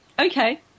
Okay